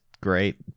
great